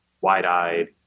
wide-eyed